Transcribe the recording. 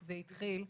זה התחיל,